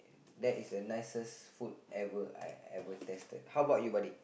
that is the nicest food ever I ever tasted